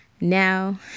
Now